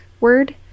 word